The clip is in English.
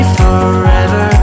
forever